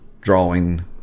drawing